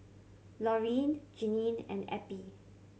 Lorene Jeanine and Eppie